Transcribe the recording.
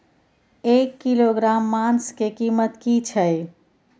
एक किलोग्राम मांस के कीमत की छै?